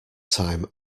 time